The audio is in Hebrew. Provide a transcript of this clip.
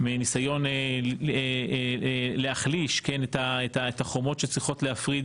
מניסיון להחליש את החומות שצריכות להפריד